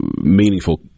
meaningful